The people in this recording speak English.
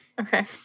Okay